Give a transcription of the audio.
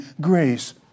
grace